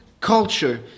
culture